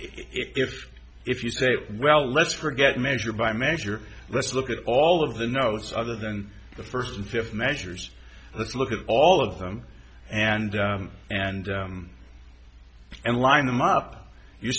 if if you say well let's forget measure by measure let's look at all of the notes other than the first and fifth measures let's look at all of them and and and line them up you're